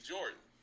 Jordan